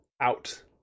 out